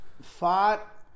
Fought